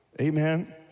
Amen